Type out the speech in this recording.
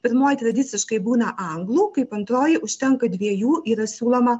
pirmoji tradiciškai būna anglų kaip antroji užtenka dviejų yra siūloma